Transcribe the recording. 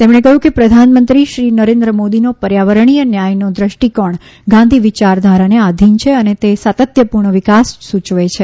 તેમણે કહ્યું કે પ્રધાનમંત્રી શ્રી નરેન્દ્ર મોદીનો પર્યાવરણીય ન્યાયનો વ્રષ્ટિકોણ ગાંધી વિચારધારાને આધીન છે અને તે સાતત્યપૂર્ણ વિકાસ સૂચવે છે